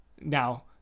Now